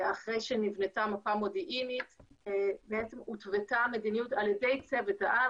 אחרי שנבנתה מפה מודיעינית הותוותה מדיניות על ידי צוות העל,